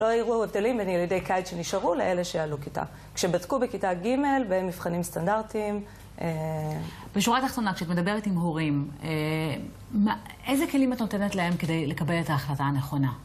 לא אירועו הבדלים בין ילידי קייץ שנשארו לאלה שעלו כיתה. כשבדקו בכיתה ג' במבחנים סטנדרטיים. בשורה התחתונה, כשאת מדברת עם הורים, איזה כלים את נותנת להם כדי לקבל את ההחלטה הנכונה?